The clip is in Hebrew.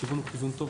הכיוון הוא כיוון טוב,